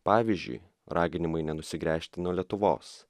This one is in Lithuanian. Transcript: pavyzdžiui raginimai nenusigręžti nuo lietuvos